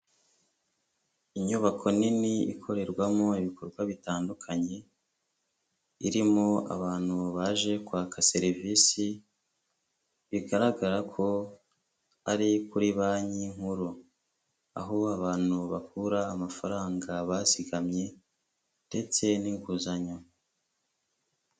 Inyubako nini ikorerwamo ibikorwa bitandukanye, irimo abantu baje kwaka serivisi, bigaragara ko ari kuri banki nkuru, aho abantu bakura amafaranga bazigamye ndetse n'inguzanyo.